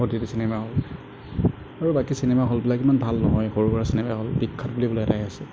Aditi cinema hall আৰু বাকী cinema হলবিলাক ইমান ভাল নহয় সৰু সুৰা চিনেমা হল বিখ্যাত বুলি ক'লে এটাই আছে